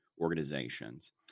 organizations